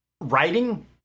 writing